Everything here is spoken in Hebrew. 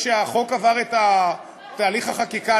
כשהחוק עבר את תהליך החקיקה,